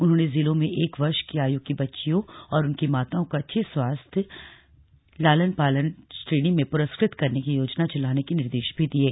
उन्होंने जिलों में एक वर्ष की आयु की बच्चियों और उनकी माताओं को अच्छे स्वास्थ्य लालन पालन श्रेणी में पुरस्कृत करने की योजना चलाने के निर्देश भी दिये